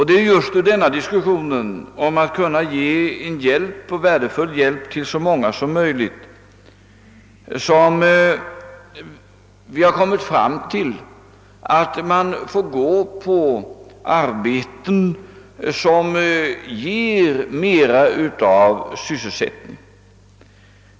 Det är just ur synpunkten att koda ge värdefull hjälp till så många som möjligt, som vi har kommit fram till att man får välja arbeten som ger mer av sysselsättning.